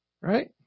Right